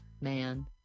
Man